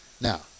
Now